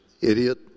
idiot